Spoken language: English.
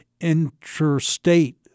interstate